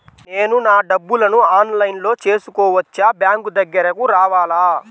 నేను నా డబ్బులను ఆన్లైన్లో చేసుకోవచ్చా? బ్యాంక్ దగ్గరకు రావాలా?